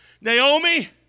Naomi